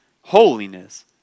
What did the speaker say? holiness